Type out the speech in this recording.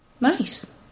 Nice